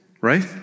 right